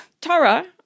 Tara